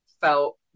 felt